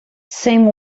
same